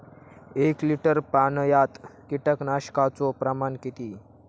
एक लिटर पाणयात कीटकनाशकाचो प्रमाण किती?